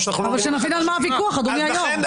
אבל שנבין על מה הוויכוח, אדוני היושב ראש.